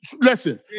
Listen